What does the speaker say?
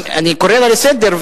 אני קורא לה לסדר,